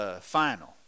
final